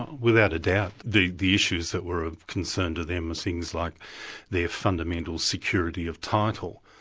without a doubt. the the issues that were of concern to them were things like their fundamental security of title.